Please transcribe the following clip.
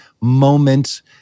moment